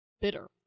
bitter